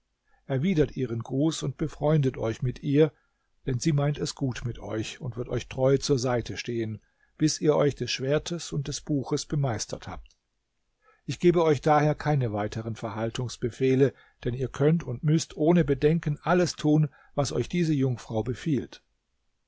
erwidert ihren gruß und befreundet euch mit ihr denn sie meint es gut mit euch und wird euch treu zur seite stehen bis ihr euch des schwertes und des buches bemeistert habt ich gebe euch daher keine weiteren verhaltungsbefehle denn ihr könnt und müßt ohne bedenken alles tun was euch diese jungfrau befiehlt